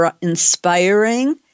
inspiring